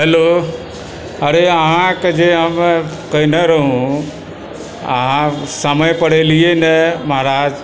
hello अरे अहाँकेँ जे हम कहने रहहुँ अहाँ समय पर एलिए नहि महाराज